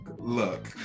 Look